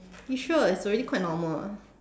you sure it's already quite normal ah